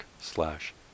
slash